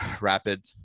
rapid